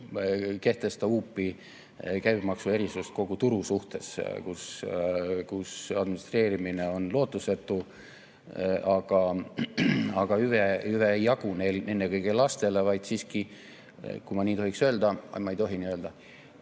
kehtesta huupi käibemaksuerisust kogu turu suhtes, kus administreerimine on lootusetu. Hüve ei jagune eelkõige lastele, vaid siiski ... Ütleksin, kui ma nii tohiks öelda, aga ma ei tohi nii öelda.